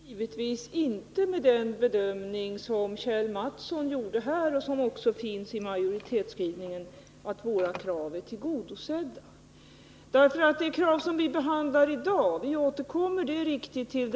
Herr talman! Vi instämmer givetvis inte i den bedömning som Kjell Mattsson gjorde här och som även finns i majoritetsskrivningen, nämligen att våra krav är tillgodosedda. Det är riktigt att vi återkommer till den vidare debatten om några dagar.